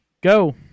go